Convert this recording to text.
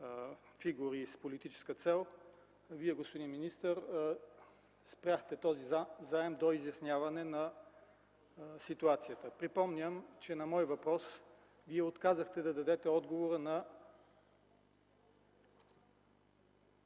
фигури с политическа цел Вие, господин министър, спряхте този заем до изясняване на ситуацията. Припомням, че на мой въпрос Вие отказахте да дадете отговорът на